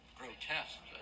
grotesque